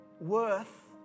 worth